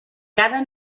cada